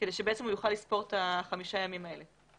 כדי שהוא יוכל לספור את חמשת הימים האלה.